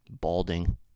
Balding